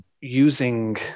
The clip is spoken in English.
using